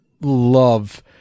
love